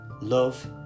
Love